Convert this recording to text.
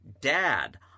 dad